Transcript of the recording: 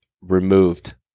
removed